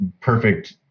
perfect